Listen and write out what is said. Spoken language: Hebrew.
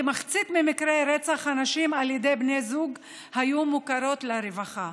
בכמחצית ממקרי רצח הנשים על ידי בני זוג הן היו מוכרות לרווחה.